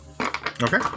Okay